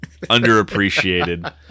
underappreciated